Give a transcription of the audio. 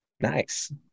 Nice